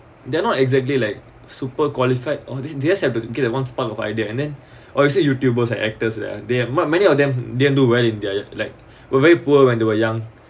they're not exactly like super qualified or they they has to get that once part of idea and then or it said YouTuber are actors ah they many many of them didn't do well in their like were very poor when they were young